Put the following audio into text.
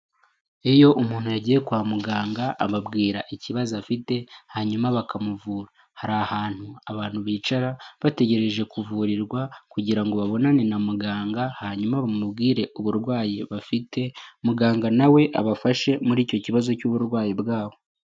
Iyo umuntu yagiye kwa muganga ababwira ikibazo afite hanyuma bakamuvura. Hari ahantu abantu bicara bategereje kuvurirwa kugira ngo babonane na muganga hanyuma bamubwire uburwayi bafite, muganga na we abafashe muri icyo kibazo cy'uburwayi bwabo.